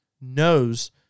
knows